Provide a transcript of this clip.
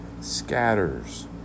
scatters